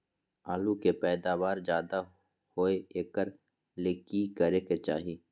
आलु के पैदावार ज्यादा होय एकरा ले की करे के चाही?